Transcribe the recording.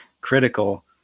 critical